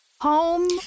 home